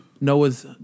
Noah's